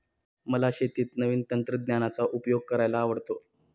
मला शेतीत नवीन तंत्रज्ञानाचा उपयोग करायला आवडतो